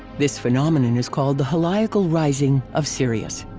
this phenomenon is called the heliacal rising of sirius.